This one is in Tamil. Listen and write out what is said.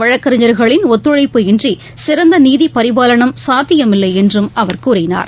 வழக்கறிஞர்களின் ஒத்துழைப்பு இன்றி சிறந்த நீதி பரிபாலனம் சாத்தியமில்லை என்று அவர் கூறினார்